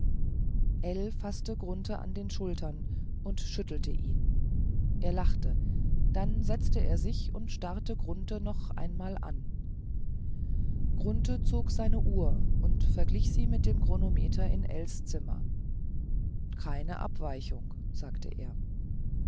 faßte grunthe an den schultern und schüttelte ihn er lachte dann setzte er sich und starrte grunthe noch einmal an grunthe zog seine uhr und verglich sie mit dem chronometer in ells zimmer keine abweichung sagte er